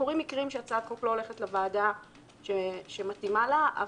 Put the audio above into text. קורים מקרים שהצעת חוק לא הולכת לוועדה שמתאימה לה.